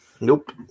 nope